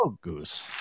Goose